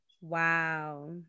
Wow